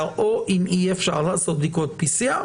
PCR או אם אי אפשר לעשות בדיקות PCR,